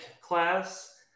class